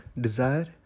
desire